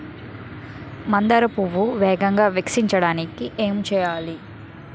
మందార పువ్వును వేగంగా వికసించడానికి ఏం చేయాలి?